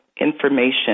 information